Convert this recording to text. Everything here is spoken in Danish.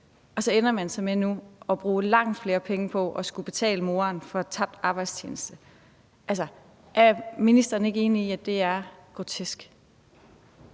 og så ender man så med nu at bruge langt flere penge på at skulle betale moren for tabt arbejdsfortjeneste. Altså, er ministeren ikke enig i, at det er grotesk?